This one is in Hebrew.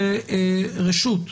זה רשות.